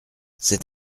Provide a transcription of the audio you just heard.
c’est